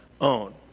own